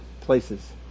places